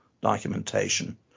documentation